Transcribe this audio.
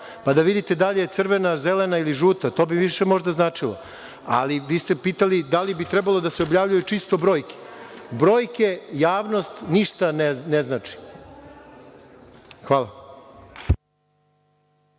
pa da vidite da li je crvena, zelena ili žuta, to bi više možda značilo. Vi ste pitali da li bi trebalo da se objavljuju čisto brojke. Brojke, javnosti ništa ne znači. Hvala.